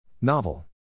Novel